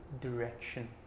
direction